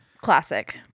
Classic